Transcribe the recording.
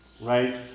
right